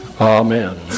Amen